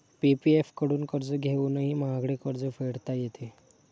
PPF कडून कर्ज घेऊनही महागडे कर्ज फेडता येते